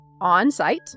on-site-